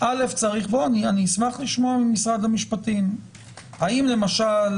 אשמח לשמוע ממשרד המשפטים האם למשל,